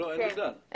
היום אין בכלל.